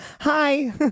hi